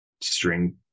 string